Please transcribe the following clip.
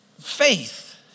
faith